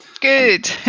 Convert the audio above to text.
good